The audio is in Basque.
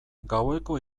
gaueko